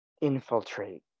infiltrate